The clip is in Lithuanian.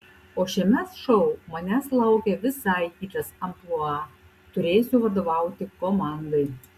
o šiame šou manęs laukia visai kitas amplua turėsiu vadovauti komandai